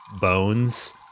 bones